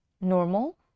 normal